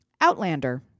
Outlander